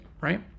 right